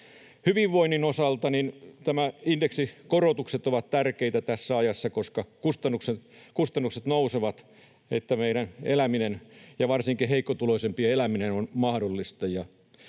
Hyvinvoinnin osalta nämä indeksikorotukset ovat tärkeitä tässä ajassa, koska kustannukset nousevat, niin että meidän eläminen ja varsinkin heikkotuloisimpien eläminen on mahdollista.